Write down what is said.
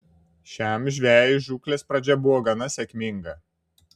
šiam žvejui žūklės pradžia buvo gana sėkminga